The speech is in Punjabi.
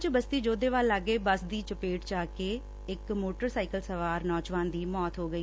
ਚ ਬਸਤੀ ਜੋਧੇਵਾਲ ਲਾਗੇ ਬੱਸ ਦੀ ਚਪੇਟ ਚ ਆ ਕੇ ਮੋਟਰ ਸਾਈਕਲ ਸਵਾਰ ਇਕ ਨੌਜਵਾਨ ਦੀ ਮੌਤ ਹੋ ਗਈ